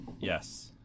Yes